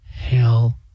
Hell